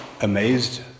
amazed